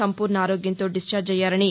సంపూర్ణ ఆరోగ్యంతో డిశ్చార్ణి అయ్యారని